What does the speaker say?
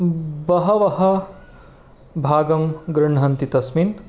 बहवः भागं गृह्णन्ति तस्मिन्